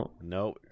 no